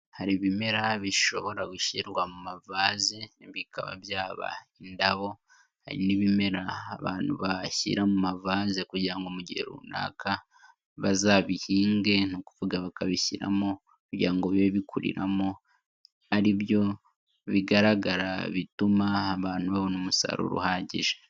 Hari ibimera bishobora gushyirwa mu mavaze, bikaba byaba indabo. hari n'ibimera abantu bashyira mu mavaze kugira ngo mu gihe runaka bazabihinge, bakabishyiramo kugira ngo bibe bikuriramo aribyo bigaragara bituma abantu babona umusaruro uhagije.